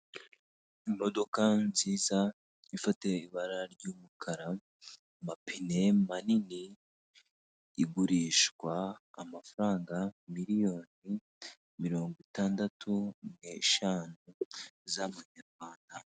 Imodoka nziza ifite ibara ry'umukara, amapine manini igurishwa amafaranga miliyoni mirongo itandatu n'eshanu z'amanyarwanda.